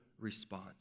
response